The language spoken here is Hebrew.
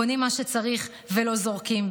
קונים מה שצריך ולא זורקים,